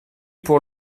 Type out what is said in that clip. pour